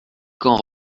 quand